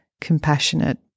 compassionate